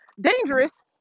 dangerous